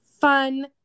fun